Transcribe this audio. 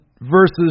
versus